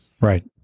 Right